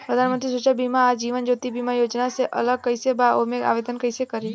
प्रधानमंत्री सुरक्षा बीमा आ जीवन ज्योति बीमा योजना से अलग कईसे बा ओमे आवदेन कईसे करी?